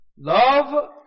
Love